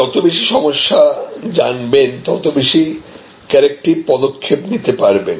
আপনি যত বেশি সমস্যা জানবেন ততবেশি করেক্টিভ পদক্ষেপ নিতে পারবেন